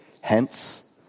Hence